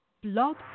Blog